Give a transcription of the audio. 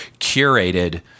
curated